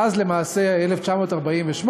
מאז למעשה 1948,